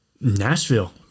Nashville